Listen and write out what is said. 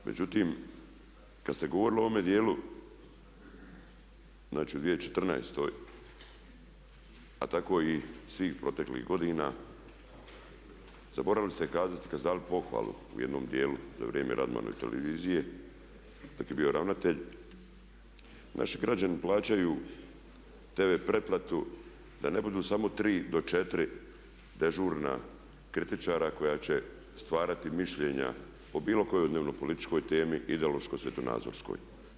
Međutim, kad ste govorili u ovome dijelu, znači u 2014. a tako i svih proteklih godina zaboravili ste kazati kada ste dali pohvalu u jednom dijelu za vrijeme Radmanove televizije dok je bio ravnatelj, naši građani plaćaju tv pretplatu da ne budu samo tri do četiri dežurna kritičara koji će stvarati mišljenja o bilo kojoj dnevno-političkoj temi, ideološko-svjetonazorskoj.